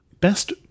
Best